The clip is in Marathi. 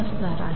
असणार आहे